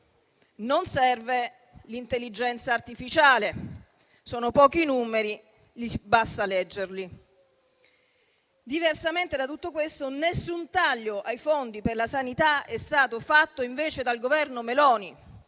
non serve l'intelligenza artificiale: sono pochi numeri, basta leggerli. Diversamente da tutto questo, nessun taglio ai fondi per la sanità è stato fatto invece dal Governo Meloni.